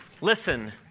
listen